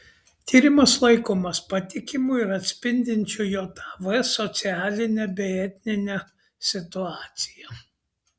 tyrimas laikomas patikimu ir atspindinčiu jav socialinę bei etninę situaciją